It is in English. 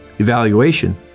Evaluation